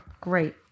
Great